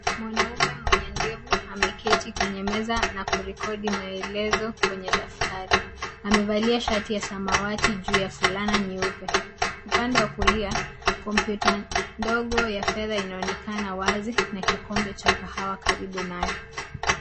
Mwanaume mwenye ndevu ameketi kwenye meza na kurekodi maelezo kwenye daftari. Amevalia shati ya samawati juu ya fulana nyeupe. Upande wa kulia kompyuta ndogo ya fedha inaonekana wazi na kikombe cha kahawa karibu nayo.